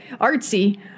Artsy